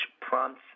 prompts